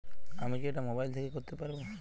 আমি কি এটা মোবাইল থেকে করতে পারবো?